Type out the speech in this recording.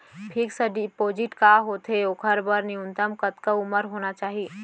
Fix deposit का होथे ओखर बर न्यूनतम कतका उमर होना चाहि?